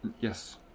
Yes